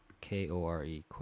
K-O-R-E